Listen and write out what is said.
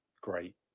great